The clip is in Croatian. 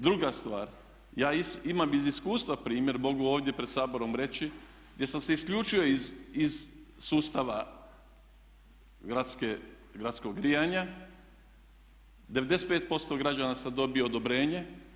Druga stvar, ja imam iz iskustva primjer, mogu ovdje pred Saborom reći, gdje sam se isključio iz sustava gradskog grijanja, 95% građana sam dobio odobrenje.